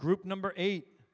group number eight